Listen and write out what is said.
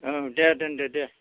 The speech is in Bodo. ओं दे दोनदो दे